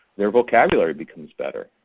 their vocabulary becomes better.